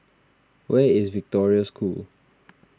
where is Victoria School